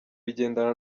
bigendana